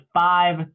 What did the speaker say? five